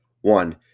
One